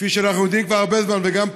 כפי שאנחנו יודעים כבר הרבה זמן וגם פורסם,